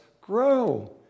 grow